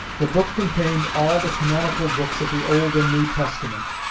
the book contained all the canonical books of the old and new testament,